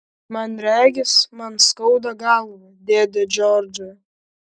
man regis man skauda galvą dėde džordžai